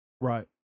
Right